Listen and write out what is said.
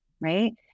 right